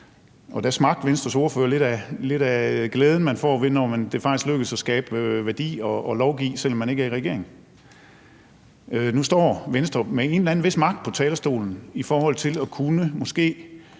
og da smagte Venstres ordfører lidt af glæden, man får, når det faktisk lykkes at skabe værdier og lovgive, selv om man ikke er i regering. Nu står Venstre med en vis magt på talerstolen i forhold til måske